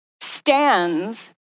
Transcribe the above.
stands